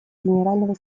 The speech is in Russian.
генерального